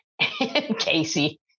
Casey